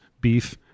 beef